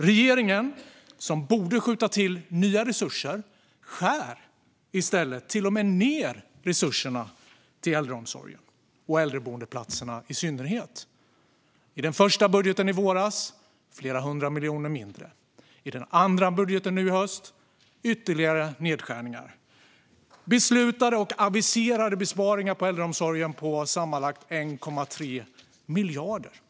Regeringen, som borde skjuta till nya resurser, skär i stället till och med ned på resurserna till äldreomsorgen och i synnerhet äldreboendeplatserna. I den första budgeten i våras var det flera hundra miljoner mindre. I den andra budgeten nu i höstas var det ytterligare nedskärningar. Det innebär beslutade och aviserade besparingar på äldreomsorgen på sammanlagt 1,3 miljarder kronor.